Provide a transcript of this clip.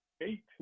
eight